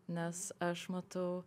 nes aš matau